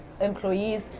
employees